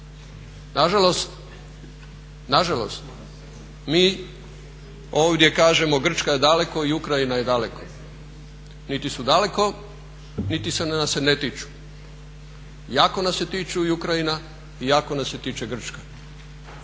Nažalost, mi ovdje kažemo Grčka je daleko i Ukrajina je daleko. Niti su daleko niti nas se ne tiču. Jako nas se tiče i Ukrajina i jako nas se tiče Grčke.